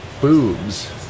boobs